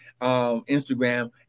Instagram